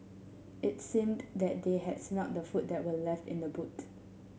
it seemed that they had smelt the food that were left in the boot